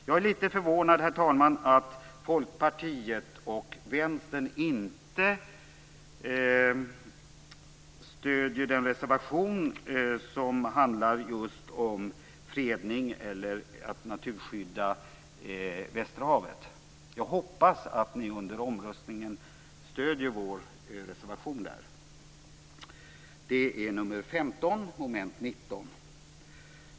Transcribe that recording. Jag är litet förvånad över att Folkpartiet och Vänstern inte stöder den reservation som handlar just om att freda, naturskydda, västerhavet. Jag hoppas att ni under omröstningen stöder vår reservation 15 under mom. 19, som jag yrkar bifall till.